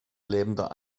lebender